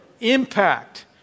impact